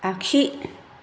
आगसि